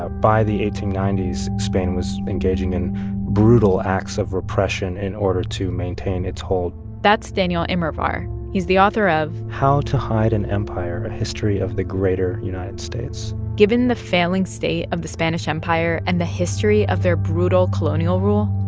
by the eighteen ninety s, spain was engaging in brutal acts of repression in order to maintain its hold that's daniel immerwahr. he's the author of. how to hide an empire a history of the greater united states. given the failing state of the spanish empire and the history of their brutal colonial rule,